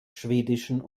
schwedischen